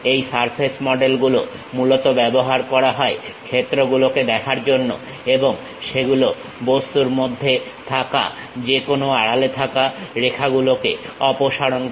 এই সারফেস মডেলগুলো মূলত ব্যবহার করা হয় ক্ষেত্রগুলোকে দেখার জন্য এবং সেগুলো বস্তুর মধ্যে থাকা যেকোনো আড়ালে থাকা রেখাগুলোকে অপসারণ করে